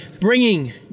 bringing